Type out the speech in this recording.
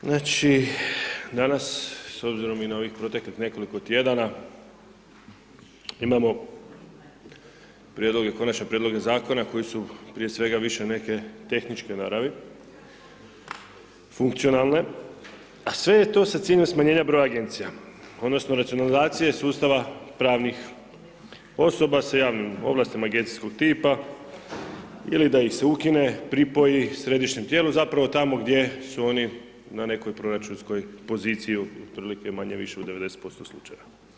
Znači, danas s obzirom i na ovih proteklih nekoliko tjedana imamo prijedloge, konačne prijedloge zakona koji su prije svega više neke tehničke naravi, funkcionalne a sve je to sa ciljem smanjenja broja agencija, odnosno racionalizacije sustava pravnih osoba sa javnim ovlastima ... tipa ili da ih se ukine, pripoji središnjem tijelu, zapravo tamo gdje su oni na nekoj proračunskoj poziciji otprilike manje, više u 90% slučajeva.